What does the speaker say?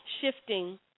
shifting